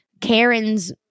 Karen's